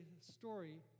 story